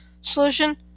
solution